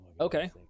okay